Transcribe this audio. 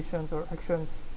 or actions